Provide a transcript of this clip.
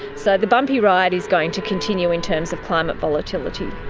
so the bumpy ride is going to continue in terms of climate volatility.